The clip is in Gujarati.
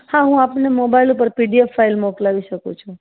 હા હું આપણે મોબાઈલ ઉપર પીડીએફ ફાઇલ મોકલાવી શકું છું